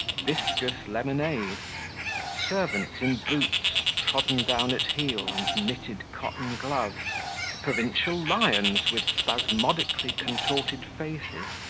viscous lemonade servants in boots trodden down at heel and knitted cotton gloves provincial lions with spasmodically contorted faces,